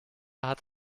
hat